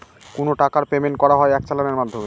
কোনো টাকার পেমেন্ট করা হয় এক চালানের মাধ্যমে